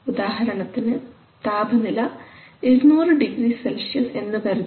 ഉദാഹരണത്തിന് താപനില 200˚C എന്നു കരുതുക